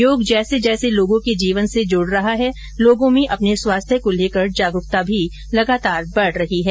योग जैसे जैसे लोगों के जीवन से जुड़ रहा है लोगों में अपने स्वास्थ्य को लेकर जागरूकता भी लगातार बढ़ रही है